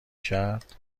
کرد